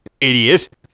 Idiot